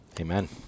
Amen